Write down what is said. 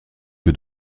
que